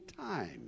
time